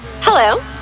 hello